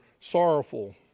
sorrowful